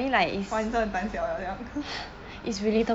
!wah! 你真的很胆小 leh 这样